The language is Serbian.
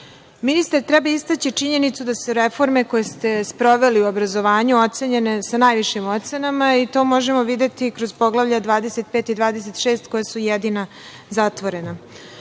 treba istaći činjenicu da su reforme koje ste sproveli u obrazovanju ocenjene sa najvišim ocenama, i to možemo videti kroz Poglavlja 25 i 26, koja su jedina zatvorena. Takođe